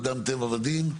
אדם טבע ודין.